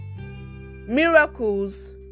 miracles